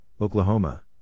Oklahoma